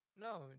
no